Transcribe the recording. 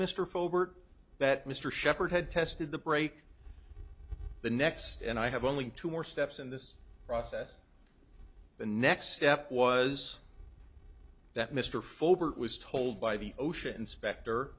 fogler that mr sheppard had tested the brake the next and i have only two more steps in this process the next step was that mr ford was told by the ocean inspector